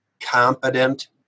competent